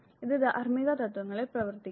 ഇത് ധാർമ്മിക തത്വങ്ങളിൽ പ്രവർത്തിക്കുന്നു